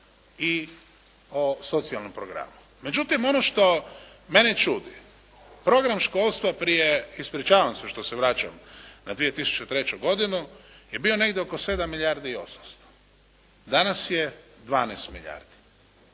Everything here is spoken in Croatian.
i o socijalnom programu. Međutim, ono što mene čudi, program školstva prije, ispričavam se što se vraćam na 2003. godinu je bio negdje oko 7 milijardi i 800, danas je 12 milijardi.